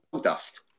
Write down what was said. dust